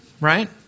right